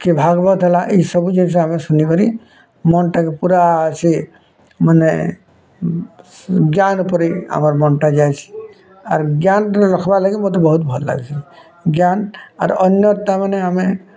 କି ଭାଗବତ୍ ହେଲା ଏସବୁ ଜିନ୍ଷ ଆମେ ଶୁଣିକରି ମନ୍ଟାକେ ପୁରା ସେ ମାନେ ଜ୍ଞାନ୍ ଉପଟେ ଆମର୍ ମନ୍ଟା ଯାଏସି ଆର୍ ଜ୍ଞାନ୍ରେ ରଖବା ଲାଗି ମୋତେ ବହୁତ୍ ଭଲ୍ ଲାଗ୍ସି ଜ୍ଞାନ୍ ଆର୍ ଅନ୍ୟ ତା'ମାନେ ଆମେ